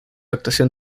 actuación